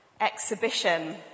exhibition